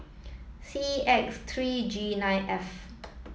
C X three G nine F